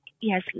Yes